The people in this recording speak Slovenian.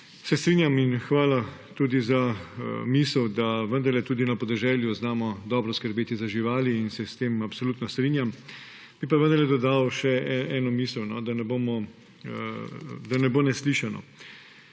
Se strinjam in hvala tudi za misel, da vendarle tudi na podeželju znamo dobro skrbeti za živali, in se s tem absolutno strinjam. Bi pa vendarle dodal še eno misel, da ne bo neslišano.